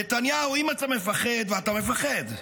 נתניהו, אם אתה מפחד, ואתה מפחד,